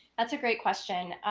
that's a great question.